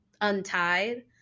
untied